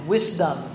Wisdom